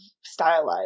stylized